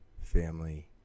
family